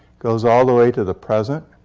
goes all the way to the present.